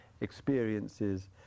experiences